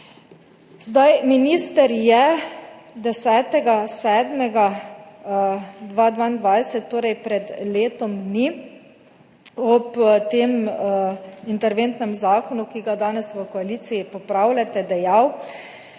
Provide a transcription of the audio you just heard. Minister je 10. 7. 2022, torej pred letom dni, ob tem interventnem zakonu, ki ga danes v koaliciji popravljate, dejal: